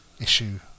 issue